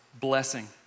blessing